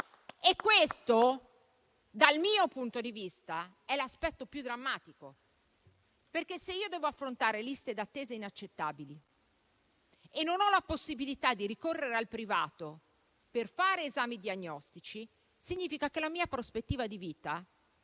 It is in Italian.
Questo, dal mio punto di vista, è l'aspetto più drammatico, perché se devo affrontare liste d'attesa inaccettabili e non ho la possibilità di ricorrere al privato per fare esami diagnostici, significa che la mia prospettiva di vita, in